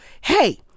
hey